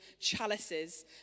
chalices